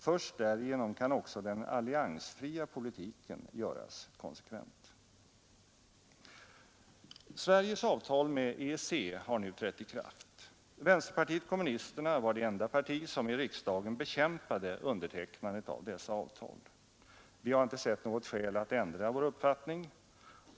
Först därigenom kan också den alliansfria politiken göras konsekvent. Sveriges avtal med EEC har nu trätt i kraft. Vänsterpartiet kommunisterna var det enda parti som i riksdagen bekämpade undertecknandet av dessa avtal. Vi har inte sett något skäl att ändra vår uppfattning.